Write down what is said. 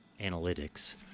analytics